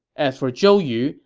as for zhou yu,